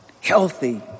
healthy